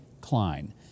Klein